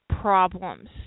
problems